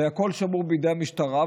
זה הכול שמור בידי המשטרה.